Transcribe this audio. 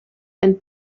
and